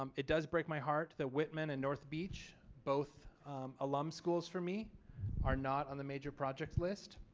um it does break my heart that whitman and north beach both alum schools for me are not on the major projects list.